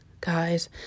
guys